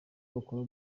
bakora